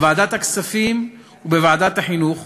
בוועדת הכספים ובוועדת החינוך,